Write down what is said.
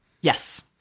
Yes